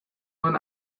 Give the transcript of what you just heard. nuen